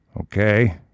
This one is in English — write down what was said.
okay